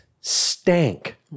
stank